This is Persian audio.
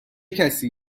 کسی